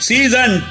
Season